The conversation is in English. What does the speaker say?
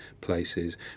places